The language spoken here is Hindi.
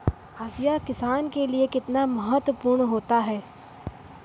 हाशिया किसान के लिए कितना महत्वपूर्ण होता है?